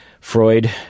Freud